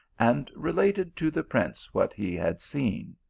and related to the prince what he had seen.